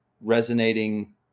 resonating